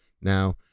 Now